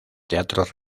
teatros